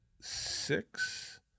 six